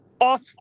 off